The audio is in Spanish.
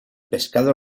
pescado